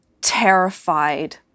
terrified